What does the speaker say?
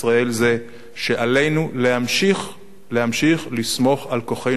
הוא שעלינו להמשיך לסמוך על כוחנו בלבד.